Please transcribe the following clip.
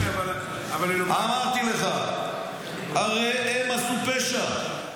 כן, אבל --- אמרתי לך, הרי הם עשו פשע.